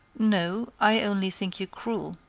no i only think you cruel,